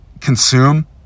consume